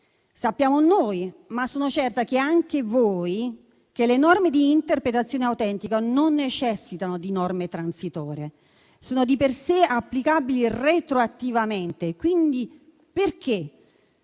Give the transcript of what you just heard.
sappiamo noi, ma sono certa anche voi, che le norme di interpretazione autentica non necessitano di norme transitorie, ma sono di per sé applicabili retroattivamente. Perché